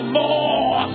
more